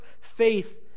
faith